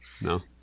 No